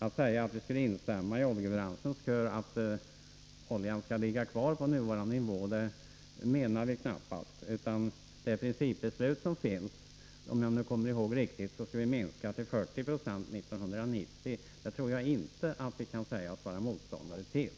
Att vi skulle instämma i oljebranschens kör — att oljan skall ligga kvar på nuvarande nivå — menar vi knappast. Enligt det principbeslut som finns skall vi — om jag kommer ihåg riktigt — minska oljekonsumtionen till 40 96 år 1990. Det tror jag inte att vi kan sägas vara motståndare till.